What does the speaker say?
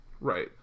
right